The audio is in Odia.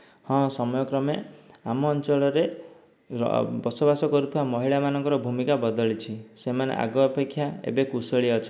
ହଁ ସମୟ କ୍ରମେ ଆମ ଅଞ୍ଚଳରେ ବସବାସ କରୁଥିବା ମହିଳା ମାନଙ୍କର ଭୂମିକା ବଦଳିଛି ସେମାନେ ଆଗ ଅପେକ୍ଷା ଏବେ କୁଶଳୀ ଅଛନ୍ତି